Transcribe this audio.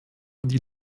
die